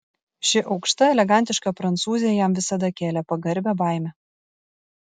ši aukšta elegantiška prancūzė jam visada kėlė pagarbią baimę